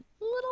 little